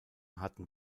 hatten